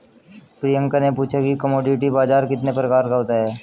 प्रियंका ने पूछा कि कमोडिटी बाजार कितने प्रकार का होता है?